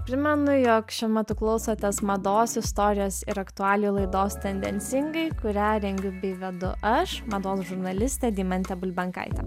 primenu jog šiuo metu klausotės mados istorijos ir aktualijų laidos tendencingai kurią rengiu bei vedu aš mados žurnalistė deimantė bulbenkaitė